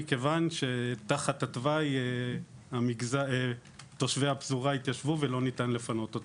מכיוון שתחת התוואי תושבי הפזורה התיישבו ואי אפשר לפנות אותם.